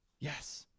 Yes